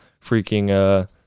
freaking